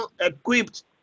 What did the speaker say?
equipped